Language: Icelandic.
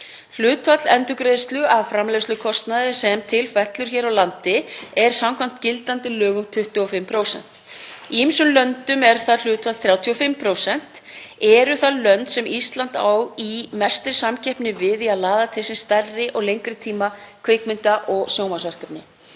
Hlutfall endurgreiðslu af framleiðslukostnaði sem til fellur hér á landi er samkvæmt gildandi lögum 25%. Í ýmsum löndum er það hlutfall 35%. Eru það lönd sem Ísland á í mestri samkeppni við í að laða til sín stærri kvikmynda- og sjónvarpsverkefni